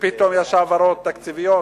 שפתאום יש העברות תקציביות,